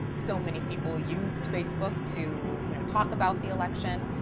so many people used facebook to you know talk about the election.